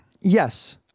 Yes